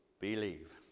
believe